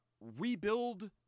rebuild